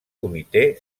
comitè